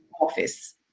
office